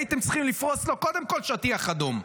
הייתם צריכים לפרוס לו קודם כול שטיח אדום.